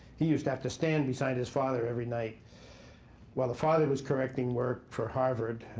he used to have to stand beside his father every night while the father was correcting work for harvard.